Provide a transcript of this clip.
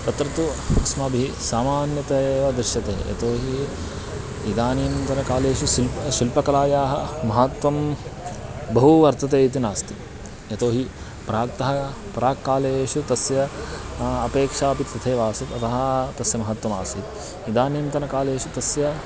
तत्र तु अस्माभिः सामान्यतया एव दृश्यते यतो हि इदानीन्तनकालेषु शिल्पः शिल्पकलायाः महत्वं बहु वर्तते इति नास्ति यतो हि प्राक्तः प्राक्कालेषु तस्य अपेक्षा अपि तथैव आसीत् अतः तस्य महत्वमासीत् इदानीन्तनकालेषु तस्य